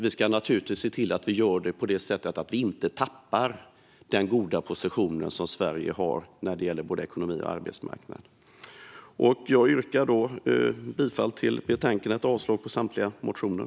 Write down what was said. Vi ska naturligtvis se till att vi gör det på ett sätt så att vi inte tappar den goda position som Sverige har när det gäller både ekonomi och arbetsmarknad. Jag yrkar bifall till utskottets förslag och avslag på samtliga motioner.